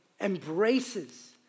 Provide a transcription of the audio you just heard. embraces